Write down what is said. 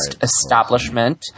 establishment